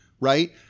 Right